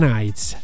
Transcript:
Nights